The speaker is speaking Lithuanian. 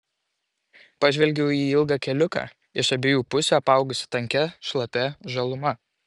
pažvelgiau į ilgą keliuką iš abiejų pusių apaugusį tankia šlapia žaluma